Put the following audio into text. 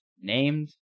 named